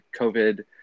COVID